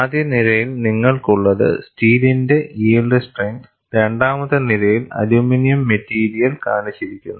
ആദ്യ നിരയിൽ നിങ്ങൾക്കുള്ളത് സ്റ്റീലിന്റെ യിൽഡ് സ്ട്രെങ്ത് രണ്ടാമത്തെ നിരയിൽ അലുമിനിയം മെറ്റീരിയൽ കാണിച്ചിരിക്കുന്നു